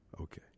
okay